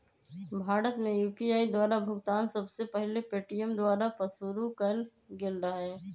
भारत में यू.पी.आई द्वारा भुगतान सबसे पहिल पेटीएमें द्वारा पशुरु कएल गेल रहै